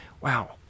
Wow